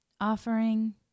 Offering